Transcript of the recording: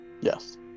Yes